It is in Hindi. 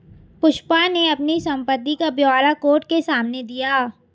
पुष्पा ने अपनी संपत्ति का ब्यौरा कोर्ट के सामने दिया